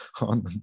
on